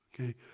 Okay